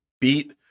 beat